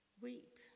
weep